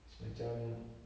it's macam